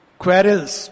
quarrels